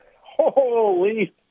Holy